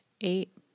eight